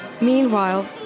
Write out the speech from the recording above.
Meanwhile